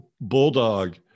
Bulldog